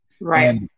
Right